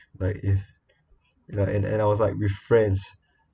like if ya and and I was like with friends